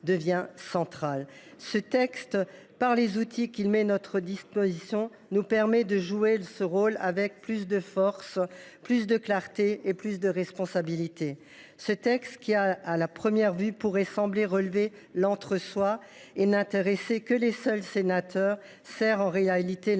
devient central. Ce texte, par les outils qu’il met à notre disposition, nous permettra, s’il est adopté, de jouer ce rôle avec plus de force, plus de clarté et plus de responsabilité. Si, à première vue, il semble relever de l’entre soi et n’intéresser que les seuls sénateurs, il sert en réalité